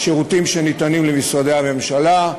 שירותים שניתנים למשרדי הממשלה,